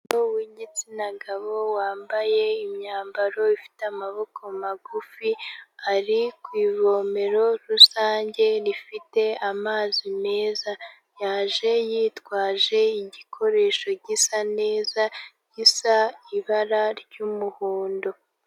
Umuntu umugabo w'igitsina gabo wambaye imyambaro ifite amaboko magufi, ari ku ivomero rusange rifite amazi meza, yaje yitwaje igikoresho gisa neza gisa ibara ry'umuhondo.